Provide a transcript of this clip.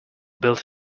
built